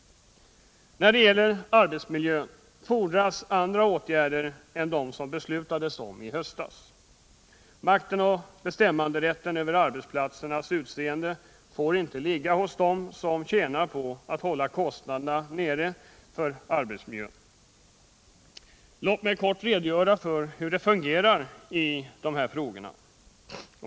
När det gäller arbetsmiljön fordras andra åtgärder än de som beslutades om i höstas. Makten och bestämmanderätten över arbetsplatsernas utseende får inte ligga hos dem som tjänar på att hålla kostnaderna för arbetsmiljön nere. Låt mig kort redogöra för hur det fungerar i dessa frågor.